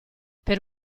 per